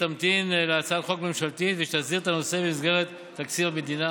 תמתין להצעת חוק ממשלתית שתסדיר את הנושא במסגרת תקציב המדינה.